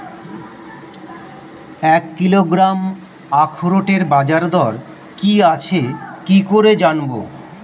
এক কিলোগ্রাম আখরোটের বাজারদর কি আছে কি করে জানবো?